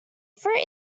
fruit